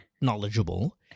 knowledgeable